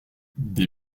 des